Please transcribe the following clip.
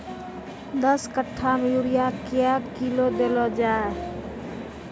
दस कट्ठा मे यूरिया क्या किलो देलो जाय?